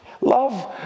love